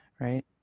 right